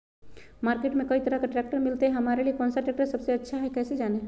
Market में कई तरह के ट्रैक्टर मिलते हैं हमारे लिए कौन सा ट्रैक्टर सबसे अच्छा है कैसे जाने?